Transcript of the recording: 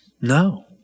No